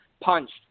punched